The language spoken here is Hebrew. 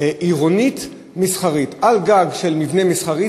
עירונית מסחרית": על גג של מבנה מסחרי,